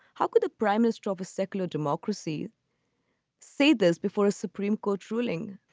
how could a prime minister of a secular democracy say this before a supreme court ruling?